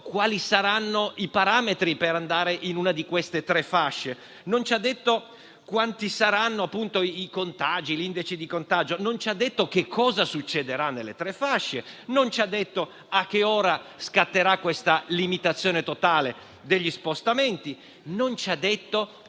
quali saranno i parametri per andare in una di queste tre fasce; non ci ha detto quanti saranno i contagi o l'indice di contagio; non ci ha detto cosa succederà nelle tre fasce; non ci ha detto a che ora scatterà questa limitazione totale degli spostamenti; non ci ha detto